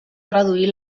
traduir